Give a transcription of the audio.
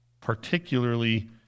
particularly